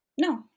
No